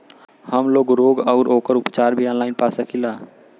हमलोग रोग अउर ओकर उपचार भी ऑनलाइन पा सकीला?